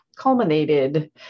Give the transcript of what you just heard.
culminated